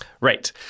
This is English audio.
Right